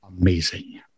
Amazing